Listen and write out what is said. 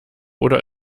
oder